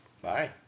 Bye